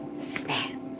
snap